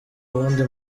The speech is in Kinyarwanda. wundi